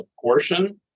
portion